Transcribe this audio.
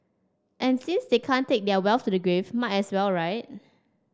and since they can't take their wealth to the grave might as well right